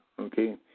okay